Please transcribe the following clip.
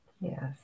Yes